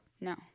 No